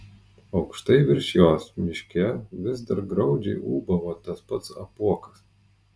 aukštai virš jos miške vis dar graudžiai ūbavo tas pats apuokas